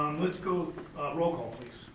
let's go roll call